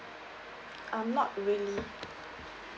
um not really